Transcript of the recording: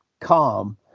calm